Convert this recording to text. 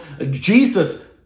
Jesus